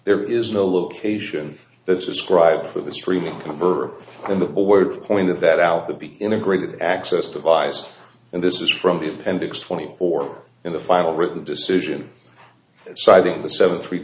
there is no location that's described for the streaming converter and the word pointed that out of the integrated access to vice and this is from the appendix twenty four in the final written decision so i think the seven three